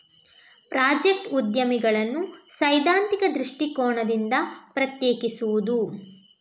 project ಉದ್ಯಮಿಗಳನ್ನು ಸೈದ್ಧಾಂತಿಕ ದೃಷ್ಟಿಕೋನದಿಂದ ಪ್ರತ್ಯೇಕಿಸುವುದು